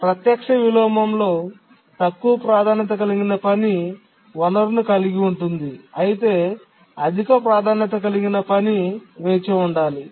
ప్రత్యక్ష విలోమంలో తక్కువ ప్రాధాన్యత కలిగిన పని వనరును కలిగి ఉంటుంది అయితే అధిక ప్రాధాన్యత కలిగిన పని వేచి ఉండాలి